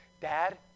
Dad